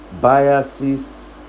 biases